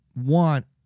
want